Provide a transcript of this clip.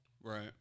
Right